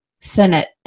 Senate